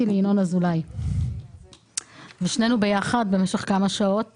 לינון אזולאי ושנינו ביחד במשך כמה שעות